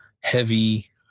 heavy